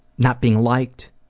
not being liked,